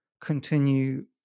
continue